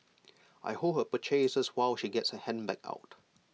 I hold her purchases while she gets her handbag out